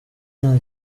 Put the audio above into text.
nta